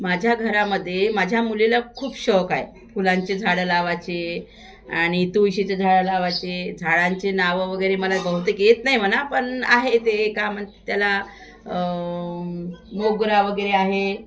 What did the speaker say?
माझ्या घरामध्ये माझ्या मुलीला खूप शौक आहे फुलांचे झाडं लावायचे आणि तुळशीचे झाडं लावायचे झाडांचे नावं वगेरे मला बहुतेक येत नाही म्हणा पण आहे ते का म्हण त्याला मोगरा वगैरे आहे